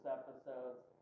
episodes